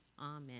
amen